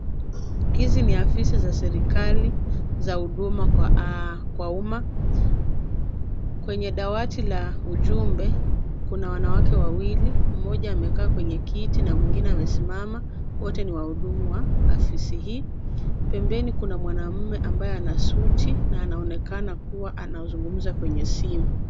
Hizi ni afisa za serikali, za huduma kwa aa, kwa umma. Kwenye dawati la ujumbe, kuna wanawake wawili, mmoja amekaa kwenye kiti na mwingine amesimama, wote ni wahudumu wa afisi hii. Pembeni kuna mwanamume ambaye ana suti na anaonekana kuwa anazungumza kwenye simu.